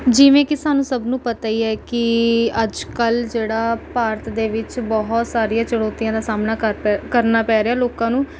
ਜਿਵੇਂ ਕਿ ਸਾਨੂੰ ਸਭ ਨੂੰ ਪਤਾ ਹੀ ਹੈ ਕਿ ਅੱਜ ਕੱਲ੍ਹ ਜਿਹੜਾ ਭਾਰਤ ਦੇ ਵਿੱਚ ਬਹੁਤ ਸਾਰੀਆਂ ਚੁਣੌਤੀਆਂ ਦਾ ਸਾਹਮਣਾ ਕਰ ਕਰਨਾ ਪੈ ਰਿਹਾ ਲੋਕਾਂ ਨੂੰ